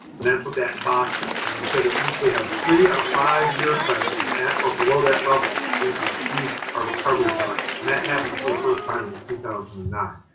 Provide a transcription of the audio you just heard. and that's what that box is. and we said that once we have three out of five year classes at, or below that level, we've achieved our recovery targets. and that happened for the first time in two thousand and nine.